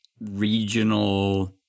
regional